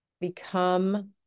become